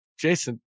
Jason